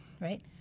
right